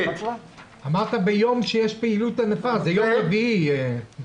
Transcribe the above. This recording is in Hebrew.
אמרת ביום שיש פעילות ענפה, זה יום רביעי.